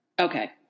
Okay